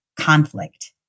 conflict